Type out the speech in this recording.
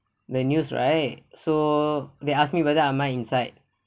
the news right so they ask me whether am I inside